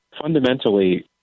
Fundamentally